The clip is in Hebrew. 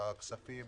הכספים